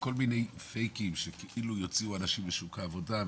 כל מיני טריקים שכאילו יוציאו אנשים לשוק העבודה,